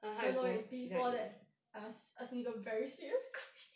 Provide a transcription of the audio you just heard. oh no wait before that I must ask you a very serious question